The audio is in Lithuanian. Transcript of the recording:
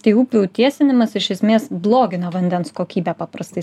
tai upių tiesinimas iš esmės blogina vandens kokybę paprastai